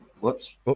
Whoops